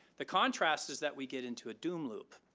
the contrast is that we get into a doom loop.